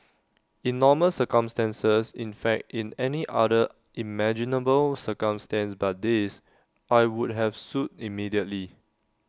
in normal circumstances in fact in any other imaginable circumstance but this I would have sued immediately